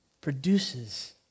produces